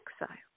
exile